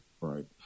Right